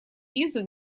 визу